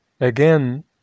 again